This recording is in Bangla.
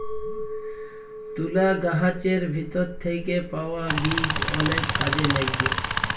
তুলা গাহাচের ভিতর থ্যাইকে পাউয়া বীজ অলেক কাজে ল্যাগে